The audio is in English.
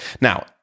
Now